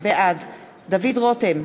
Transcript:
בעד דוד רותם,